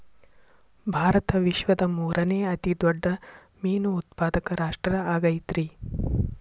ಭಾರತ ವಿಶ್ವದ ಮೂರನೇ ಅತಿ ದೊಡ್ಡ ಮೇನು ಉತ್ಪಾದಕ ರಾಷ್ಟ್ರ ಆಗೈತ್ರಿ